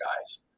guys